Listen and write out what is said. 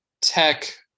Tech